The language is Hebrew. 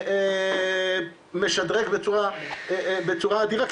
משדרג בצורה אדירה,